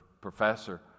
professor